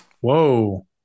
whoa